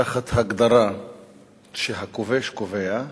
תחת הגדרה שהכובש קובע,